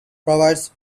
provides